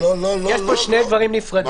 יש פה שני דברים נפרדים.